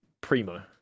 primo